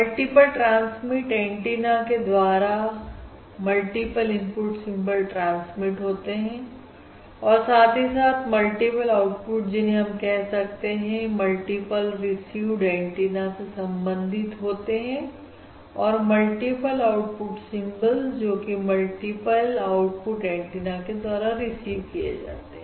multiple transmit antenna के द्वारा multiple input symbol transmit होते हैं और साथ ही साथ मल्टीपल आउटपुट जिन्हें हम कह सकते हैं मल्टीपल रिसीवड एंटीना से संबंधित होते हैं और मल्टीपल आउटपुट सिंबल्स जोकि मल्टीपल आउटपुट एंटीना के द्वारा रिसीव किए जाते हैं